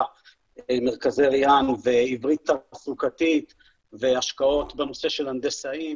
במרכזי ריאן ועברית תעסוקתית והשקעות בנושא של הנדסאים,